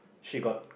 she got